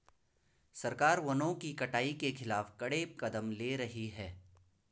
सरकार वनों की कटाई के खिलाफ कड़े कदम ले रही है